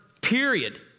period